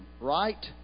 Right